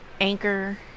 Anchor